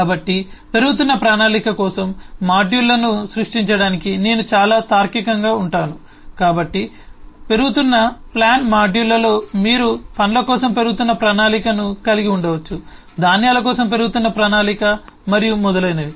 కాబట్టి పెరుగుతున్న ప్రణాళిక కోసం మాడ్యూళ్ళను సృష్టించడానికి నేను చాలా తార్కికంగా ఉంటాను కాబట్టి పెరుగుతున్న ప్లాన్ మాడ్యూల్లో మీరు పండ్ల కోసం పెరుగుతున్న ప్రణాళికను కలిగి ఉండవచ్చు ధాన్యాల కోసం పెరుగుతున్న ప్రణాళిక మరియు మొదలైనవి